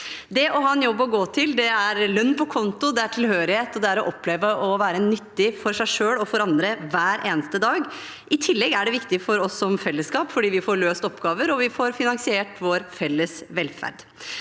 Å ha en jobb å gå til er lønn på konto, det er tilhørighet, og det er å oppleve å være nyttig for seg selv og for andre hver eneste dag. I tillegg er det viktig for oss som fellesskap fordi vi får løst oppgaver og finansiert vår felles velferd.